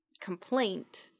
complaint